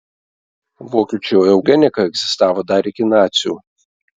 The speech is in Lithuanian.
vokiečių eugenika egzistavo dar iki nacių